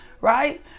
right